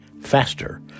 faster